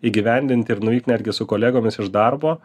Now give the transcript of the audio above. įgyvendint ir nuvykt netgi su kolegomis iš darbo